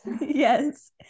Yes